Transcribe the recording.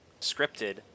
scripted